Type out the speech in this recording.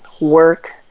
work